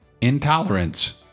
intolerance